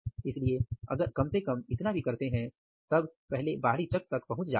इसलिए अगर आप कम से कम इतना भी करते हैं तब आप पहले बाहरी चक्र तक पहुंच जाते हैं